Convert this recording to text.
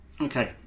Okay